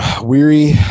weary